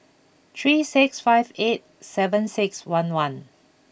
three six five eight seven six one one